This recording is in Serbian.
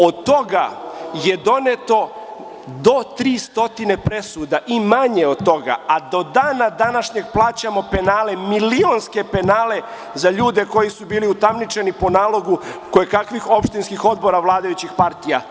Od toga je doneto do 300 presuda i manje od toga, a do dana današnjeg plaćamo penale, milionske penale za ljude koji su bili utamničeni po nalogu kojekakvih opštinskih odbora vladajućih partija.